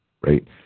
Right